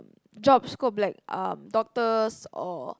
job scope like um doctors or